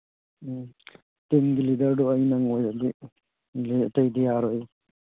ꯎꯝ ꯇꯤꯝꯒꯤ ꯂꯤꯗꯔꯗꯣ ꯑꯩ ꯅꯪ ꯑꯣꯏꯔꯗꯤ ꯍꯥꯏꯗꯤ ꯑꯇꯩꯗꯤ ꯌꯥꯔꯣꯏꯌꯦ